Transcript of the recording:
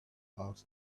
asked